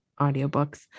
audiobooks